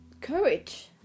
courage